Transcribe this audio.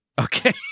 Okay